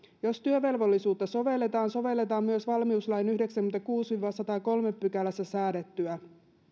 jos työvelvollisuutta sovelletaan sovelletaan myös valmiuslain yhdeksännessäkymmenennessäkuudennessa viiva sadannessakolmannessa pykälässä säädettyä